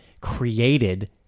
created